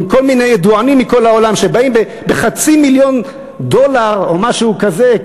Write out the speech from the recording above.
עם כל מיני ידוענים מכל העולם שבאים בחצי מיליון דולר או משהו כזה,